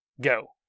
Go